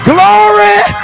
Glory